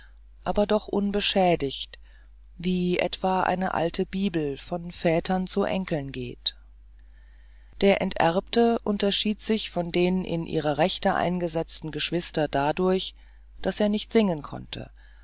aber doch unbeschädigt wie etwa eine alte bibel von vätern zu enkeln geht der enterbte unterschied sich von den in ihre rechte eingesetzten geschwistern dadurch daß er nicht singen konnte